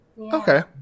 okay